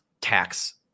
tax